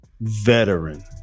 Veteran